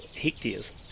hectares